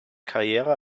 karriere